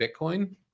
Bitcoin